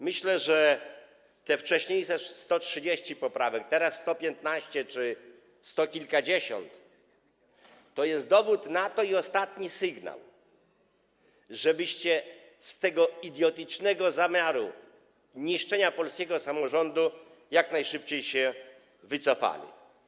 Myślę, że te wcześniejsze 130 poprawek, teraz 115 czy sto kilkadziesiąt, to dowód na to i ostatni sygnał, żebyście z tego idiotycznego zamiaru niszczenia polskiego samorządu jak najszybciej się wycofali.